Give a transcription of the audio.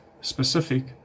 specific